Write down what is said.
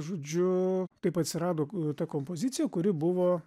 žodžiu taip atsirado ta kompozicija kuri buvo